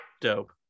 Dope